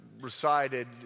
recited